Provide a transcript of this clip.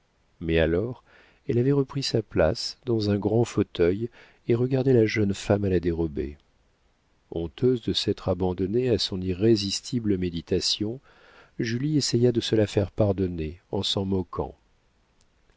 mais alors elle avait repris sa place dans un grand fauteuil et regardait la jeune femme à la dérobée honteuse de s'être abandonnée à son irrésistible méditation julie essaya de se la faire pardonner en s'en moquant